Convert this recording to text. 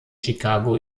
chicago